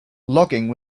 logging